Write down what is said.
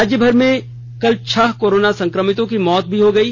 राज्यभर में कल छह कोरोना संक्रमितों की मौत हो गयी